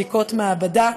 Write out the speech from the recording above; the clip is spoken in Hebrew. בדיקות מעבדה,